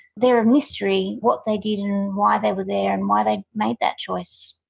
they're a mystery, what they did and why they were there and why they made that choice.